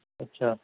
अछा